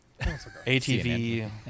ATV